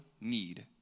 need